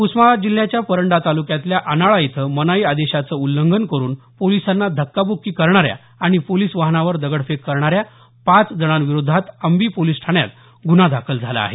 उस्मानाबाद जिल्ह्याच्या परंडा तालुक्यातल्या आनाळा इथं मनाई आदेशाचं उल्लंघन करून पोलिसांना धक्काब्क्की करणाऱ्या आणि पोलीस वाहनावर दगडफेक करणाऱ्या पाच जणांविरोधात अंबी पोलिस ठाण्यात गुन्हा दाखल झाला आहे